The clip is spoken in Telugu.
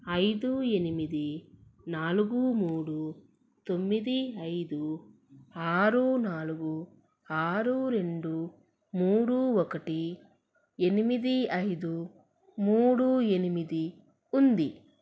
ఐదు ఎనిమిది నాలుగు మూడు తొమ్మిది ఐదు ఆరు నాలుగు ఆరు రెండు మూడు ఒకటి ఎనిమిది ఐదు మూడు ఎనిమిది ఉంది